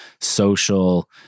social